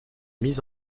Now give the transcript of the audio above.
mis